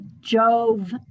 Jove